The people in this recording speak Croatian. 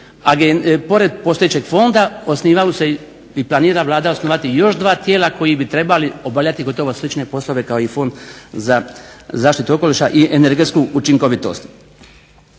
fonda osnivaju se i planira Vlada osnovati još dva tijela koji bi trebali obavljati gotovo slične poslove kao i Fond za zaštitu okoliša i energetsku učinkovitost.